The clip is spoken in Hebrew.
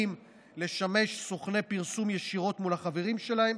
לשמש סוכני פרסום ישירות מול החברים שלהם,